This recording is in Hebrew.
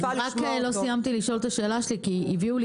לא סיימתי לשאול את השאלה שלי כי הביאו לי